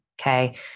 okay